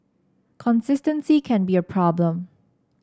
consistency can be a problem